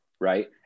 right